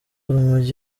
urumogi